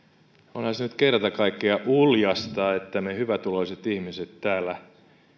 onhan se nyt kerta kaikkiaan uljasta että me hyvätuloiset ihmiset täällä